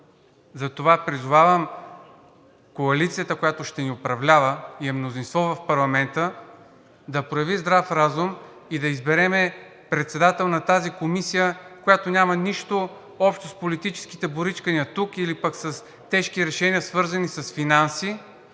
Затова призовавам коалицията, която ще ни управлява и е мнозинство в парламента, да прояви здрав разум и да изберем председател на тази комисия, която няма нищо общо с политическите боричкания тук или пък с тежки решения, свързани с финанси.